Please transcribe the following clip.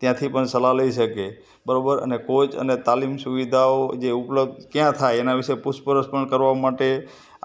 ત્યાંથી પણ સલાહ લઇ શકે બરાબર અને કોચ અને તાલીમ સુવિધાઓ જે ઉપલબ્ધ ક્યાં થાય એનાં વિષે પૂછપરછ પણ કરવા માટે